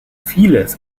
vieles